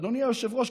אדוני היושב-ראש,